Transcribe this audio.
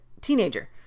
teenager